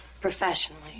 professionally